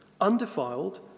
undefiled